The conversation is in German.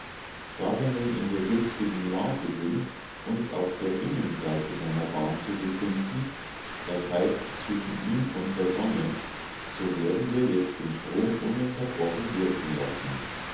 da wir nun in der günstigen lage sind uns auf der innenseite seiner bahn zu befinden das heißt zwischen ihm und der sonne so werden wir jetzt den strom ununterbrochen wirken lassen